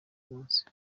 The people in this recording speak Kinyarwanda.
munsi